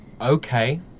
Okay